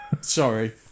sorry